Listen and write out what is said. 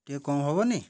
ଟିକେ କମ୍ ହବନି